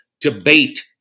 Debate